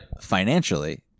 financially